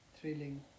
thrilling